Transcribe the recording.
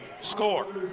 score